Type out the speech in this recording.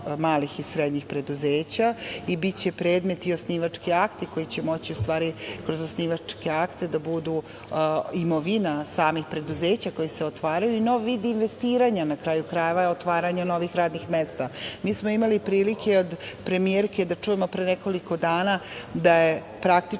i srednjih preduzeća i biće predmet i osnivački akti koji će moći u stvari kroz osnivačke akte da budu imovina samih preduzeća koja se otvaraju i novi vid investiranja, na kraju krajeva, kao i otvaranje novih radnih mesta. Mi smo imali prilike od premijerke da čujemo pre nekoliko dana da je praktično